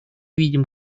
видим